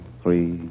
three